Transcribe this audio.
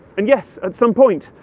and yes, at some point,